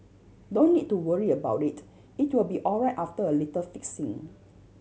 don't need to worry about it it will be alright after a little fixing